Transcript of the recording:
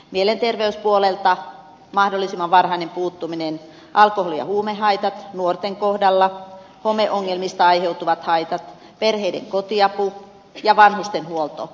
mielenterveyspuolelta mahdollisimman varhainen puuttuminen alkoholi ja huumehaitat nuorten kohdalla homeongelmista aiheutuvat haitat perheiden kotiapu ja vanhustenhuolto